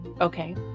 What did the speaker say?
okay